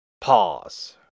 pause